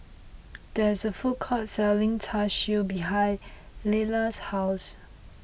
there is a food court selling Char Siu behind Leila's house